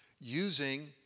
using